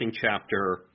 chapter